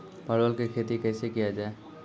परवल की खेती कैसे किया जाय?